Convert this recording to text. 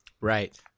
Right